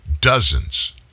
dozens